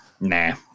nah